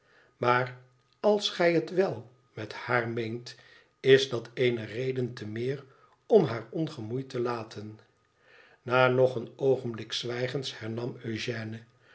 maar als gij het wèl met haar meent is dat eene reden te meer om haar ongemoeid te laten na nog een oogenblik zwijens hernam eugène